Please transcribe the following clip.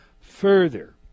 Further